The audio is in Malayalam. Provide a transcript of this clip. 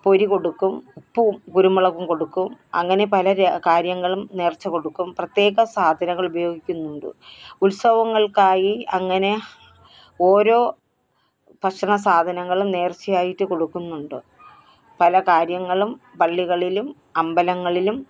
പൊരി കൊടുക്കും ഉപ്പും കുരുമുളകും കൊടുക്കും അങ്ങനെ പല കാര്യങ്ങളും നേർച്ച കൊടുക്കും പ്രത്യേക സാധനങ്ങൾ ഉപയോഗിക്കുന്നുണ്ട് ഉത്സവങ്ങൾക്കായി അങ്ങനെ ഓരോ ഭക്ഷണസാധനങ്ങൾ നേർച്ചയായിട്ട് കൊടുക്കുന്നുണ്ട് പല കാര്യങ്ങളും പള്ളികളിലും അമ്പലങ്ങളിലും